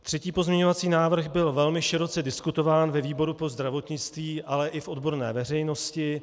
Třetí pozměňovací návrh byl velmi široce diskutován ve výboru pro zdravotnictví, ale i v odborné veřejnosti.